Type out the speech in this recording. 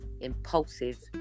impulsive